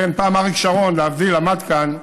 פעם אריק שרון, להבדיל, עמד כאן,